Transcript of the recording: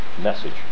message